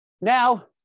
Now